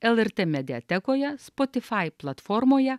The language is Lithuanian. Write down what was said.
lrt mediatekoje spotifai platformoje